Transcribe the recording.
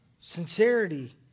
sincerity